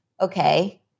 okay